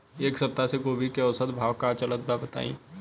एक सप्ताह से गोभी के औसत भाव का चलत बा बताई?